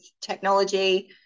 technology